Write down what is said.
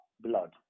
blood